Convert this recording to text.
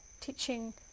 teaching